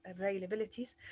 availabilities